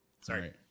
sorry